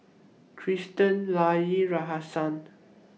Christian Leyla Rahsaan